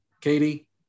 Katie